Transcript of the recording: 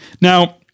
Now